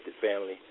family